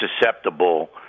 susceptible